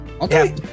Okay